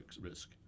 risk